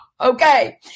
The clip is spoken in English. okay